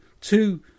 two